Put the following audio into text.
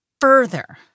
further